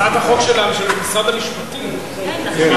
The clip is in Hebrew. הצעת החוק של משרד המשפטים היא בוועדת חוקה.